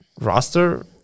roster